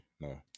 no